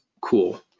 cool